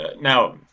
Now